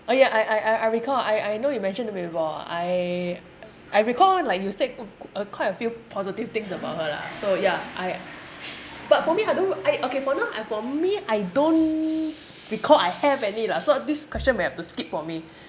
oh yeah I I I recall I I know you mentioned to me before I I recall like you said quite a few positive things about her lah so ya I but for me I don't I okay for now I for me I don't recall I have any lah so this question may have to skip for me